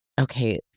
okay